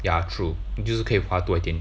ya true 就是可以花多一点